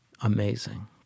amazing